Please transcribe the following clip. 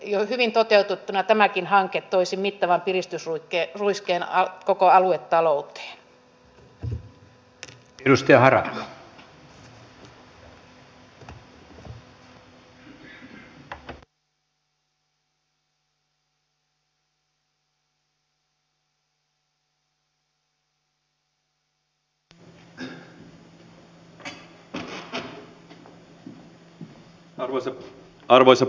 näitä rahoja etsivään nuorisotyöhön vaativat nimenomaan vihreät ja muut oppositiopuolueet muun muassa työelämävaliokunnassa